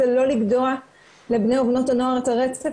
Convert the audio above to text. זה לא לגדוע לבני ובנות הנוער את הרצף,